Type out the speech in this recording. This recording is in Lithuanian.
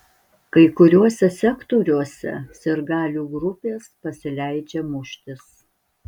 kai kuriuose sektoriuose sirgalių grupės pasileidžia muštis